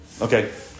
Okay